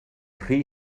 rhy